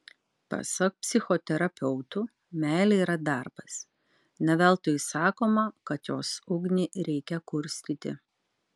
pasak psichoterapeutų meilė yra darbas ne veltui sakoma kad jos ugnį reikia kurstyti